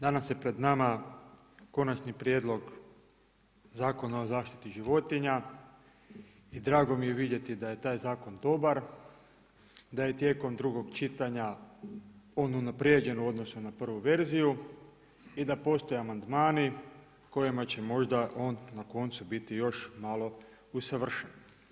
Danas je pred nama Konačni prijedlog Zakona o zaštiti životinja i drago mi je vidjeti da je taj zakon dobar, da je tijekom drugog čitanja on unaprijeđen u odnosu na prvu verziju i da postoje amandmani kojima će možda on na koncu biti još malo usavršen.